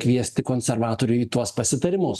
kviesti konservatorių į tuos pasitarimus